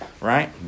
right